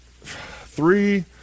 three –